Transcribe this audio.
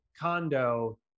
condo